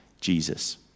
Jesus